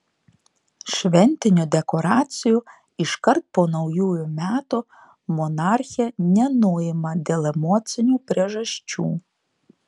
šventinių dekoracijų iškart po naujųjų metų monarchė nenuima dėl emocinių priežasčių